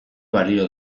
balio